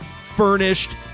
furnished